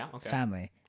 family